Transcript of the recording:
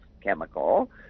chemical